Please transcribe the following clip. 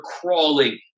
crawling